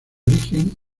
origen